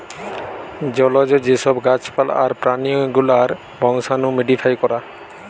জলজ যে সব গাছ পালা আর প্রাণী গুলার বংশাণু মোডিফাই করা